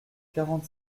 quarante